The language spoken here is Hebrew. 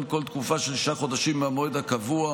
כל תקופה של שישה חודשים מהמועד הקובע